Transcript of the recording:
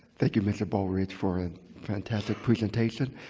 thank you, mr. baldridge, for a fantastic presentation.